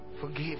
forgive